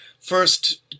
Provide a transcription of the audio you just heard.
first